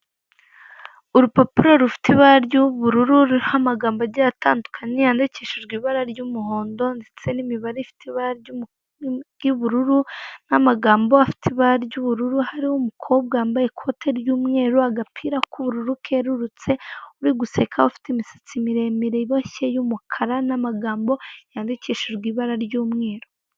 Urupapuro rufite ibara ry'ubururu ruriho amagambo agiye atandukanye yandikishijwe ibara ry'umuhondo, ndetse n'imibare ifite ibara ry'ubururu n'amagambo afite ibara ry'ubururu, hariho umukobwa wambaye ikote ry'umweru ,agapira k'ubururu kerurutse uri guseka ufite imisatsi miremire iboshye y'umukara, n'amagambo yandikishijwe ibara ry'umweru.